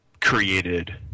created